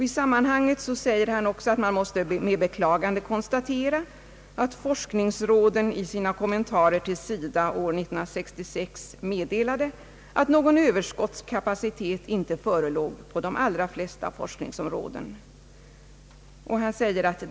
I sammanhanget måste med beklagande konstateras att forskningsråden i sina kommentarer år 1966 till Sida såg sig nödsakade att meddela, att någon överskottskapacitet ej förelåg på de allra flesta forskningsområden.